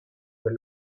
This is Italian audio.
per